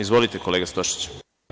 Izvolite kolega Stošiću.